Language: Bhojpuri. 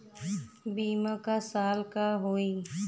बीमा क साल क होई?